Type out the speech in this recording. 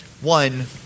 One